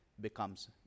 becomes